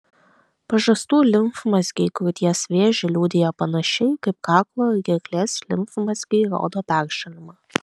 pažastų limfmazgiai krūties vėžį liudija panašiai kaip kaklo ir gerklės limfmazgiai rodo peršalimą